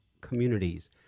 Communities